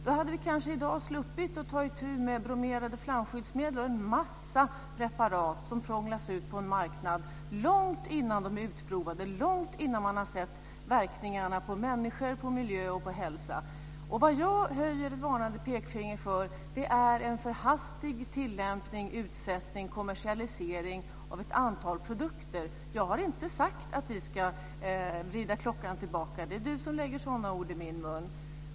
Då hade vi kanske i dag sluppit att ta itu med bromerade flamskyddsmedel och en massa preparat som prånglas ut på en marknad långt innan de är utprovade, långt innan man har sett verkningarna på människor, miljö och hälsa. Vad jag höjer ett varnande pekfinger för är en för hastig tillämpning, utsättning och kommersialisering av ett antal produkter. Jag har inte sagt att vi ska vrida klockan tillbaka. Det är du som läger sådana ord i min mun.